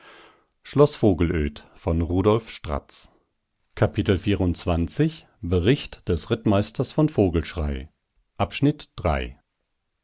bericht des rittmeisters von vogelschrey